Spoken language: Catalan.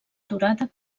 aturada